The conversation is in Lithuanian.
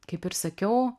kaip ir sakiau